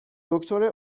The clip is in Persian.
دکتر